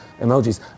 emojis